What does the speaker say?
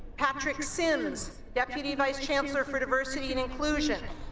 patrick sims, deputy vice chancellor for diversity and inclusion